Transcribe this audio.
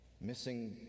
missing